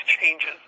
changes